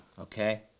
okay